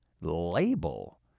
label